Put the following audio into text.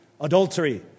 adultery